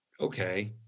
okay